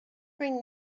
bring